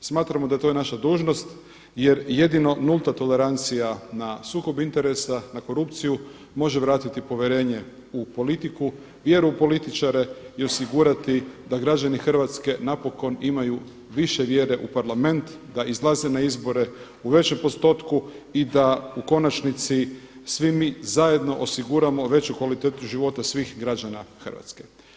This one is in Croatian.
Smatramo da to je naša dužnost, jer jedino nulta tolerancija na sukob interesa, na korupciju može vratiti povjerenje u politiku, vjeru u političare i osigurati da građani Hrvatske napokon imaju više vjere u Parlament, da izlaze na izbore u većem postotku i da u konačnici svi mi zajedno osiguramo veću kvalitetu života svih građana Hrvatske.